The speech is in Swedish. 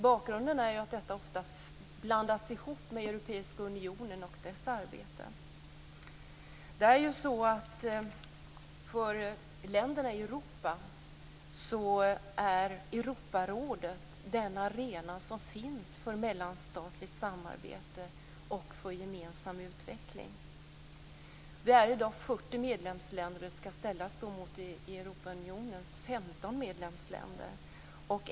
Bakgrunden är att arbetet ofta blandas ihop med arbetet i Europeiska unionen. För länderna i Europa är Europarådet den arena som finns för mellanstatligt samarbete och för gemensam utveckling. Det finns i dag 40 medlemsländer. Det skall ställas mot Europaunionens 15 medlemsländer.